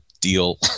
deal